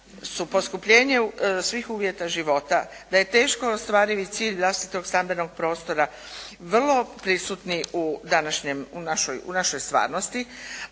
su poskupljenju svih uvjeta života, da je teško ostvarivi cilj vlastitog stambenog prostora vrlo prisutni u našoj stvarnosti,